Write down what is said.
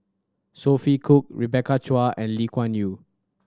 Sophia Cooke Rebecca Chua and Lee Kuan Yew